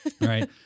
right